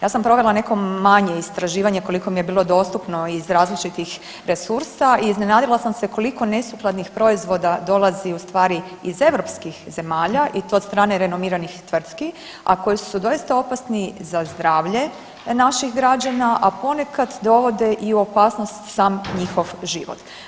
Ja sam provela neko manje istraživanje koliko mi je bilo dostupno iz različitih resursa i iznenadila sam se koliko nesukladnih proizvoda dolazi ustvari iz europskih zemalja i to od strane renomiranih tvrtki, a koje su doista opasni za zdravlje naših građana, a ponekad dovode i u opasnost sam njihov život.